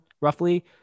roughly